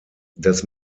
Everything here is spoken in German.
das